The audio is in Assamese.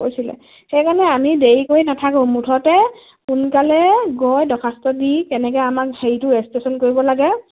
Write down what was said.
কৈছিলে সেইকাৰণে আমি দেৰি কৰি নাথাকোঁ মুঠতে সোনকালে গৈ দৰ্খাস্ত দি কেনেকে আমাক হেৰিটো ৰেজিষ্ট্ৰেশ্যন কৰিব লাগে